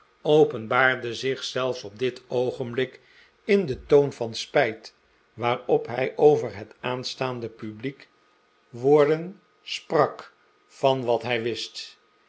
openbaarde zich zelfs op dit oogenblik in den toon van spijt waarop hij over het aanstaande publiek worden sprak van wat hij wist